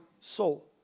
soul